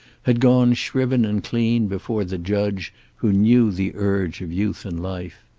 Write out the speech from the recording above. had gone shriven and clean before the judge who knew the urge of youth and life.